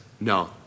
No